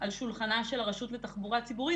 על שולחנה של הרשות לתחבורה ציבורית,